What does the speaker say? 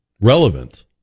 relevant